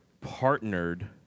partnered